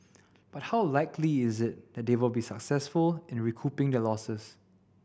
but how likely is it that they will be successful in recouping their losses